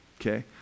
okay